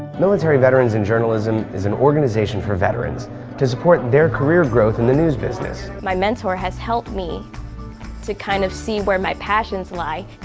military veterans in journalism is an organization for veterans to support their career growth in the news business. my mentor has helped me to kind of see where my passions lie.